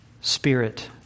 Spirit